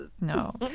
no